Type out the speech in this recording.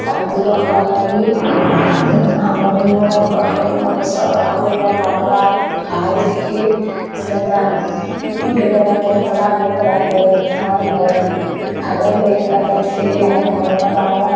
ଶାନ୍ତି ରଖବା ଲାଗିର୍ ଆମର୍ ଇନୁ ଭଲ୍ ଭଲ୍ ମଣିଷ ଆଉ ନାଇଁ ବାହାରିବାର୍ ଏହାଦେ ଟିକେ ସେନ୍ତା ଗୁଟେ କଥା ଫୋନ୍ କଲା ଆର କଥା କହି ନଉଛନ୍ ଭଲ୍ ଆଗର୍ ଲୋକ୍ ଯେନ୍ତା ଭଲ୍ ଥିଲେ ଇହାଦେ ଭଲ୍ ନାଇଁ ବାହାରବାର୍